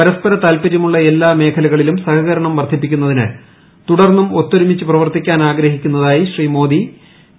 പരസ്പര താത്പര്യമുളള എല്ലാ മേഖലകളിലും സഹകരണം വർധിപ്പിക്കുന്നതിന് തുടർന്നും ഒത്തൊരുമിച്ചു പ്രവർത്തിക്കാൻ ആഗ്രഹിക്കുന്നതായി ശ്രീ മോദി യു